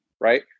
Right